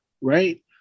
right